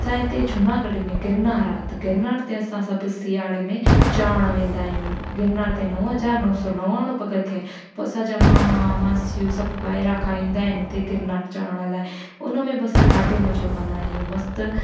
असां हिते जूनागढ़ में गिरनार आ्हे त गिरनार ते असां सभु सिआरे में चढ़णु वेंदा आहियूं गिरनार ते नव हज़ार नौ सौ नवाणवे पगथी आहे पोइ असांजा मामा मासियूं सभु ॿाहिरां खां ईंदा आहिनि हिते गिरनार चढ़ण लाइ उन में बि असां ॾाढो मज़ो कंदा आहियूं मस्तु